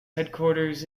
headquarters